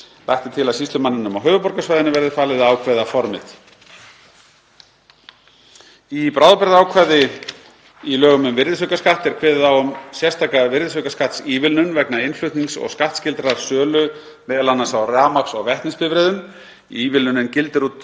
Lagt er til að sýslumanninum á höfuðborgarsvæðinu verði falið að ákveða form þeirra. Í bráðabirgðaákvæði XXIV í lögum um virðisaukaskatt er kveðið á um sérstaka virðisaukaskattsívilnun vegna innflutnings og skattskyldrar sölu m.a. á rafmagns- og vetnisbifreiðum. Ívilnunin gildir út